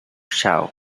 shaw